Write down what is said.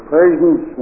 Persians